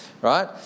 right